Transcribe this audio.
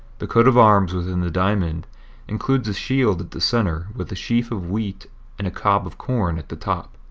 the coat of arms within the diamond includes a shield at the center with a sheaf of wheat and a cob of corn at the top.